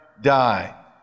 die